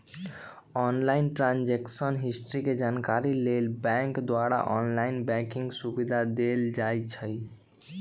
online transaction history के जानकारी लेल बैंक द्वारा ऑनलाइन बैंकिंग सुविधा देल जाइ छइ